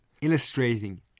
illustrating